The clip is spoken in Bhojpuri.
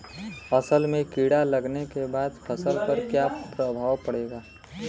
असल में कीड़ा लगने के बाद फसल पर क्या प्रभाव पड़ेगा?